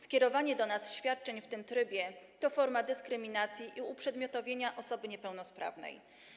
Skierowanie do nas świadczeń w tym trybie to forma dyskryminacji i uprzedmiotowienia osoby niepełnosprawnej.